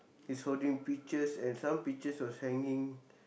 he's holding pictures and some pictures was hanging